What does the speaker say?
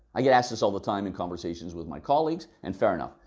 i get asked this all the time in conversations with my colleagues and fair enough.